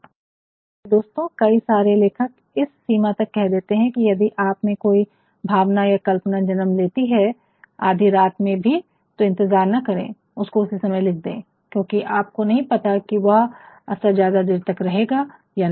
मेरे प्यारे दोस्तों कई सारे लेखक इस सीमा तक कह देते हैं कि यदि आप में कोई भावना या कल्पना जन्म लेती है आधी रात में भी तो इंतजार ना करें उसको उसी समय लिख दे क्योंकि आपको नहीं पता कि वह असर ज्यादा देर तक रहेगा या नहीं